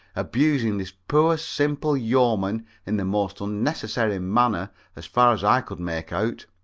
abusing this poor simple yeoman in the most unnecessary manner as far as i could make out.